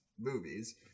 movies